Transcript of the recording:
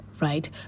right